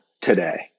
today